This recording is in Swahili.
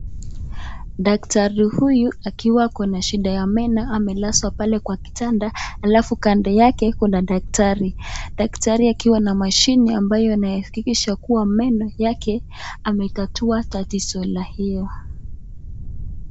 Daktari huyu akiwa ako na shida ya meno amelazwa pale kwa kitanda alafu kando yake kuna daktari. Daktari akiwa na mashini ambayo anahakikisha kuwa meno yake ametatua tatizo la hiyo.